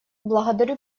благодарю